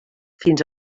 fins